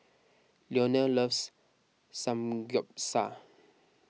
Leonel loves Samgyeopsal